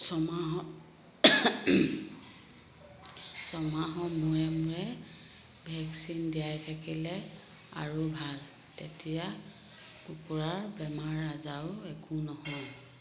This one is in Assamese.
ছমাহৰ ছমাহৰ মূৰে মূৰে ভেকচিন দিয়াই থাকিলে আৰু ভাল তেতিয়া কুকুৰাৰ বেমাৰ আজাৰো একো নহয়